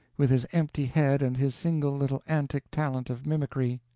with his empty head and his single little antic talent of mimicry!